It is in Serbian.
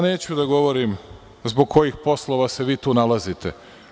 Neću da govorim zbog kojih poslova se vi tu nalazite.